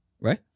right